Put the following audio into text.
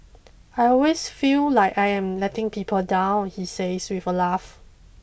I always feel like I am letting people down he says with a laugh